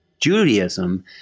Judaism